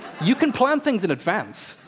you can plan things in advance!